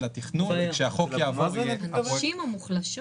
לתכנון וכשהחוק יעבור --- הנשים המוחלשות?